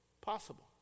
possible